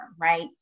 right